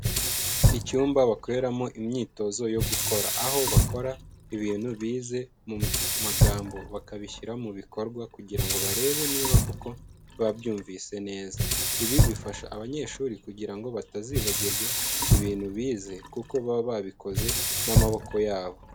Icyumba bakoreramo imyitozo yo gukora, aho bakora ibintu bize mu magambo bakabishyira mu bikorwa, kugira ngo barebe niba koko babyumvise neza. Ibi bifasha abanyeshuri kugira ngo batazibagirwa ibintu bize, kuko baba babikoze n'amaboko yabo.